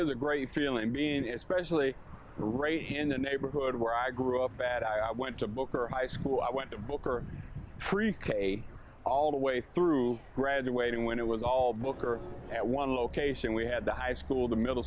is a great feeling being especially right here in a neighborhood where i grew up bad i went to booker high school i went to booker pre k all the way through graduating when it was all booker at one location we had the high school the middle